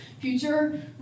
future